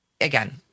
again